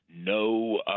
no